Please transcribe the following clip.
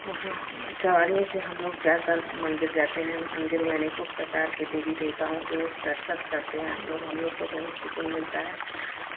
वहाँ सवारियों से हमलोग जाकर मन्दिर जाते हैं मन्दिर में अनेको प्रकार के देवी देवताओं के दर्शन करते हैं हमलोग हमलोग को बहुत सुकून मिलता है